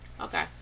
Okay